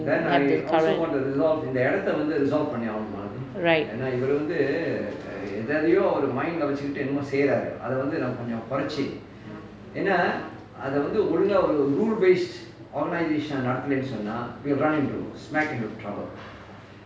have the current right